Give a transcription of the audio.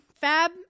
fab